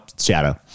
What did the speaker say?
Shadow